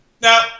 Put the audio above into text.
Now